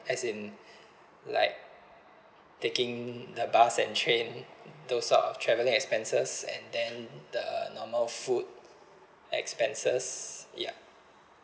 as in like taking the bus and train those sort of travelling expenses and then the normal food expenses ya